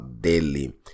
daily